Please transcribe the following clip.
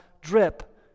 drip